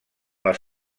les